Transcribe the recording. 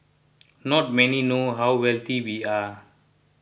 not many know how wealthy we are